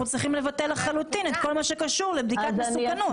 צריכים לבטל לחלוטין את כל מה שקשור לבדיקת מסוכנות.